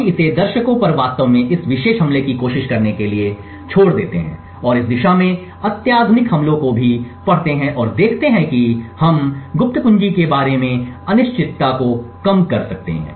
हम इसे दर्शकों पर वास्तव में इस विशेष हमले की कोशिश करने के लिए छोड़ देते हैं और इस दिशा में अत्याधुनिक हमलों को भी पढ़ते हैं और देखते हैं कि हम गुप्त कुंजी के बारे में गुप्तता या अनिश्चितता को कम कर सकते हैं